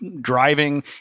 driving